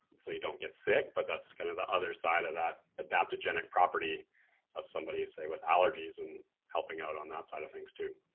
so you don't get sick. but that's kind of the other side of that adaptogenic property of somebody say with allergies and helping out on that side of things too.